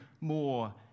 more